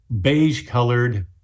beige-colored